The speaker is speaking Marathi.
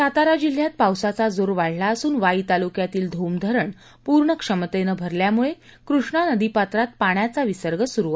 सातारा जिल्ह्यात पावसाचा जोर वाढला असून वाई तालुक्यातील धोम धरण पूर्ण क्षमतेनं भरल्यामुळे कृष्णा नदीपात्रात पाण्याचा विसर्ग सुरू आहे